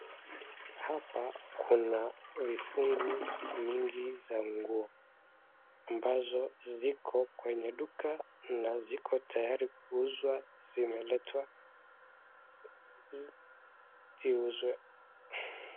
Hapa kuna vifungu mingi za nguo ambazo ziko kwenye duka na ziko tayari kuuzwa. Zimeletwa ziuzwe.